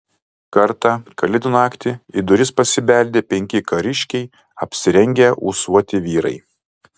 kartą kalėdų naktį į duris pasibeldė penki kariškai apsirengę ūsuoti vyrai